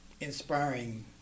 inspiring